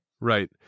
Right